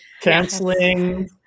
canceling